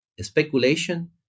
speculation